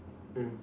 mm